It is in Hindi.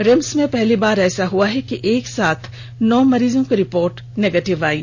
रिम्स में पहली बार ऐसा हुआ है कि एक साथ नौ मरीजों की रिपोर्ट नेगेटिव आयी